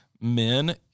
men